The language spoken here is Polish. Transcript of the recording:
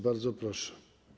Bardzo proszę.